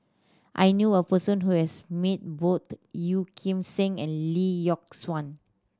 I knew a person who has meet both Yeoh Ghim Seng and Lee Yock Suan